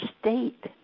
state